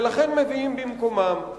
ולכן מביאים במקומם.